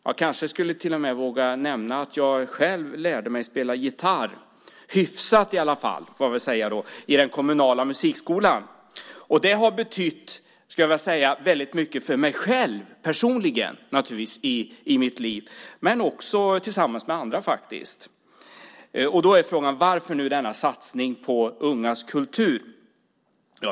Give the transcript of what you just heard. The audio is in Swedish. Jag kanske till och med skulle våga nämna att jag själv lärde mig spela gitarr, hyfsat i alla fall, i den kommunala musikskolan. Det har betytt väldigt mycket för mig själv personligen i mitt liv men också tillsammans med andra. Då är frågan: Varför nu denna satsning på ungas kultur?